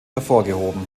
hervorgehoben